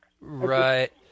Right